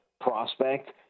prospect